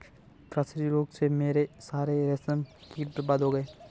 grasserie रोग से मेरे सारे रेशम कीट बर्बाद हो गए